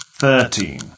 Thirteen